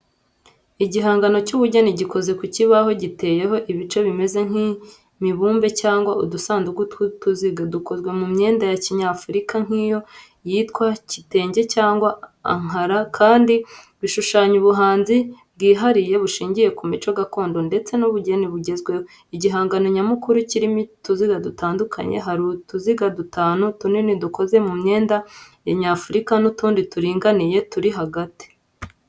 Igihangano cy’ubugeni gikoze ku kibaho giteyeho ibice bimeze nk’imibumbe cyangwa udusanduku tw’uduziga, dukozwe mu myenda ya kinyafurika nk’iyo yitwa kitenge cyangwa ankara kandi bishushanya ubuhanzi bwihariye bushingiye ku mico gakondo ndetse n’ubugeni bugezweho. Igihangano nyamukuru kirimo utuziga dutandukanye: hari utuziga dutanu tunini dukoze mu myenda ya kinyafurika, n’utundi turinganiye turi hagati.